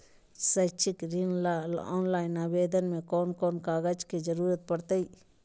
शैक्षिक ऋण ला ऑनलाइन आवेदन में कौन कौन कागज के ज़रूरत पड़तई?